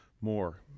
more